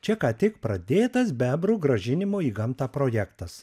čia ką tik pradėtas bebrų grąžinimo į gamtą projektas